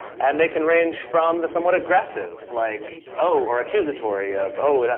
and they can range from the somewhat aggressive, like, oh or accusatory of oh, but